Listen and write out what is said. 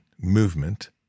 movement